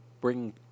bring